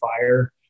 fire